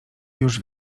już